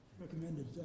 recommended